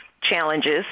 challenges